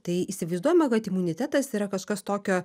tai įsivaizduojama kad imunitetas yra kažkas tokio